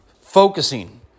focusing